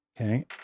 Okay